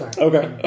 Okay